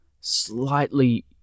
Slightly